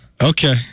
Okay